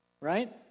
right